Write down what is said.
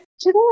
Today